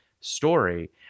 story